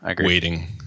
waiting